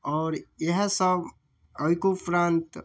आओर इएह सब ओहिके उपरान्त